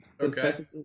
okay